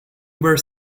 were